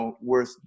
worth